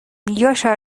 یاشار